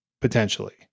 potentially